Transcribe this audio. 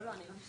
לא, לא.